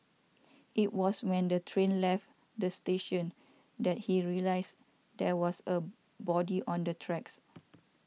it was when the train left the station that he realised there was a body on the tracks